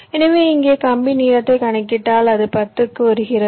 எனவே இங்கே கம்பி நீளத்தை கணக்கிட்டால் அது 10 க்கு வருகிறது